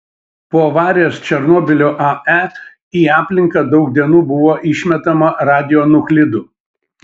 po avarijos černobylio ae į aplinką daug dienų buvo išmetama radionuklidų